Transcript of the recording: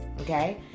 okay